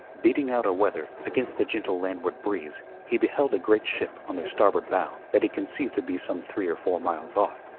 beating out aweather, against the gentle landward breeze he beheld a great ship on their starboard bow, that he conceived to be some three or four miles off,